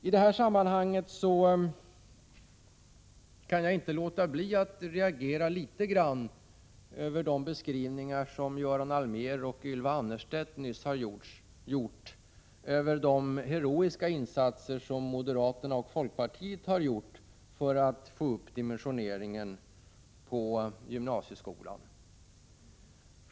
I det här sammanhanget kan jag inte låta bli att reagera mot de beskrivningar som Göran Allmér och Ylva Annerstedt här har gjort av de heroiska insatser som moderaterna och folkpartisterna har gjort för att öka dimensioneringen av gymnasieskolan.